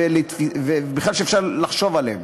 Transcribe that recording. כאלה שאפשר לחשוב עליהם.